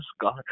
God